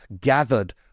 gathered